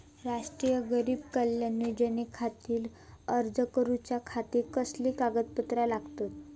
राष्ट्रीय गरीब कल्याण योजनेखातीर अर्ज करूच्या खाती कसली कागदपत्रा लागतत?